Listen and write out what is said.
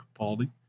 Capaldi